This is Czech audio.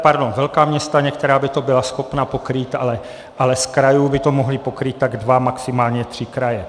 Pardon, velká města některá by to byla schopna pokrýt, ale z krajů by to mohly pokrýt tak dva, maximálně tři kraje.